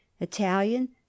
Italian